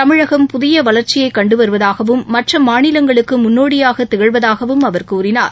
தமிழகம் புதிய வளா்ச்சியை கண்டு வருவதாகவும் மற்ற மாநிவங்களுக்கு முன்னோடியாக திகழ்வதாகவும் அவா் கூறினார்